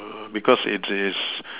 because it is